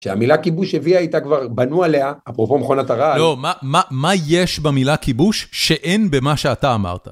כשהמילה כיבוש הביאה איתה כבר, בנו עליה, אפרופו מכונת הרעד.. לא, מה יש במילה כיבוש שאין במה שאתה אמרת?